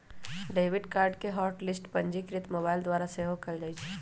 debit card के hot list पंजीकृत mobile द्वारा सेहो कएल जाइ छै